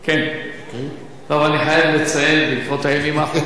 אני חייב לציין, בעקבות הימים האחרונים.